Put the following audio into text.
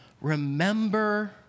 remember